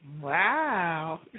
Wow